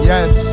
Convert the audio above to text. Yes